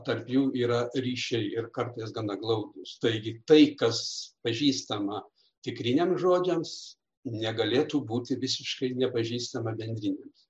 tarp jų yra ryšiai ir kartais gana glaudūs taigi tai kas pažįstama tikriniams žodžiams negalėtų būti visiškai nepažįstama bendriniams